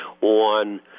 on